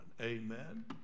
amen